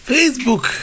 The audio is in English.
Facebook